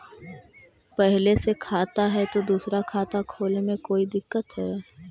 पहले से खाता है तो दूसरा खाता खोले में कोई दिक्कत है?